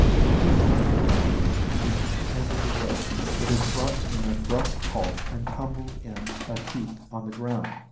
when the animal caught reaches the end of the rope it is brought to an abrupt halt and tumbled in a heap on the ground.